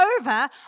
over